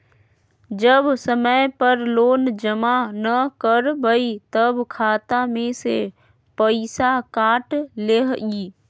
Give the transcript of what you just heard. जब समय पर लोन जमा न करवई तब खाता में से पईसा काट लेहई?